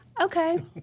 okay